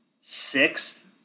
sixth